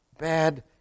Bad